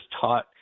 taught